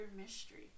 Mystery